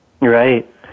Right